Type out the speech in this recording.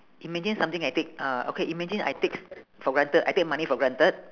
imagine something I take uh okay imagine I take s~ for granted I take money for granted